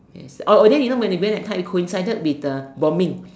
yes oh oh then you know when we when I time it coincided with the bombing